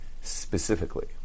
specifically